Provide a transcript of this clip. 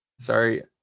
Sorry